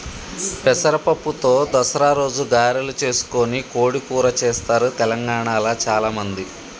పెసర పప్పుతో దసరా రోజు గారెలు చేసుకొని కోడి కూర చెస్తారు తెలంగాణాల చాల మంది